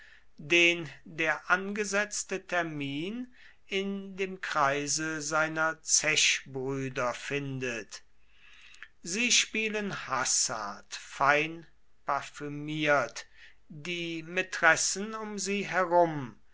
den der angesetzte termin in dem kreise seiner zechbrüder findet sie spielen hasard fein parfümiert die mätressen um sie herum